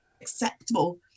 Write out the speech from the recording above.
acceptable